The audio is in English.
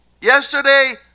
Yesterday